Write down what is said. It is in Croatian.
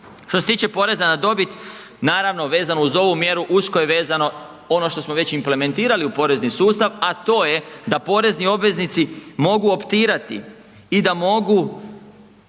Što se tiče poreza na dobit, naravno vezano uz ovu mjeru, usko je vezano ono što već implementirali u porezni sustav a to je da porezni obveznici mogu optirati i da mogu